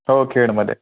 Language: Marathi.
हो खेडमध्ये